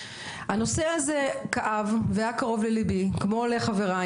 הנושא הזה כואב מאוד והיה קרוב לליבי כמו לחבריי